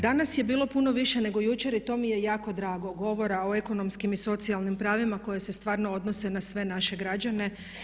Danas je bilo puno više nego jučer i to mi je jako drago, govora o ekonomskim i socijalnim pravima koje se stvarno odnose na sve naše građane.